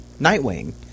Nightwing